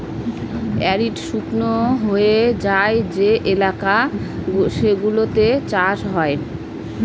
arid শুকনো হয়ে যায় যে এলাকা সেগুলোতে চাষ হয়